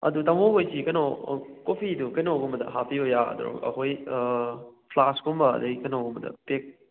ꯑꯗꯨ ꯇꯥꯃꯣꯈꯣꯏꯁꯤ ꯀꯩꯅꯣ ꯀꯣꯐꯤꯗꯨ ꯀꯩꯅꯣꯒꯨꯝꯕꯗ ꯍꯥꯞꯄꯤꯕ ꯌꯥꯒꯗ꯭ꯔꯣ ꯑꯩꯈꯣꯏ ꯐ꯭ꯂꯥꯛꯁꯀꯨꯝꯕ ꯑꯗꯩ ꯀꯩꯅꯣꯒꯨꯝꯕꯗ ꯇꯦꯛ